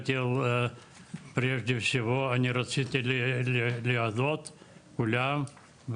אני רציתי להודות לכולם,